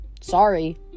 Sorry